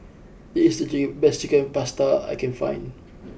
this is the best Chicken Pasta I can find